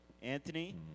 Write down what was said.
Anthony